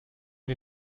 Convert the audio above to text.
die